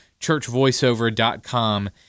churchvoiceover.com